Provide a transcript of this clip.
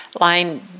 line